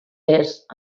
est